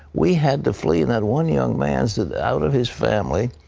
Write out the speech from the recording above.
we had to flee. that one young man said, out of his family,